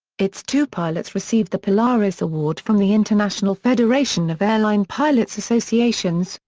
its two pilots received the polaris award from the international federation of air line pilots' associations,